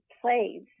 plays